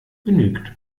genügt